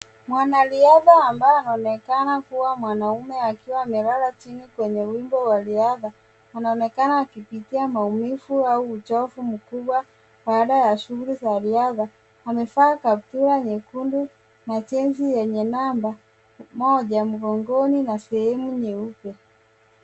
Mwanariadha ambaye anaonekana kuwa mwanaume akiwa amelala chini kwenye wimbo wa riadha, anaonekana akipitia maumivu au uchovu mkubwa baada ya shughuli za riadha. Amevaa kaptura nyekundu na jezi yenye namba moja mgongoni na sehemu nyeupe.